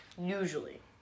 Usually